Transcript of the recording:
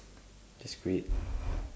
that's great